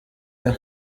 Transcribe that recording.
year